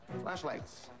Flashlights